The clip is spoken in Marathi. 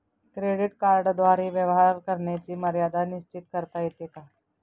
क्रेडिट कार्डद्वारे व्यवहार करण्याची मर्यादा निश्चित करता येते का?